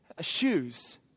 shoes